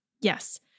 Yes